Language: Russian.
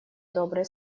добрые